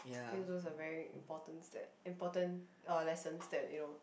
think those are very importance that important uh lessons that you know